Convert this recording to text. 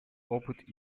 опыт